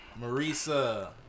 Marisa